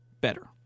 better